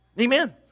Amen